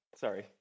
Sorry